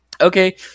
okay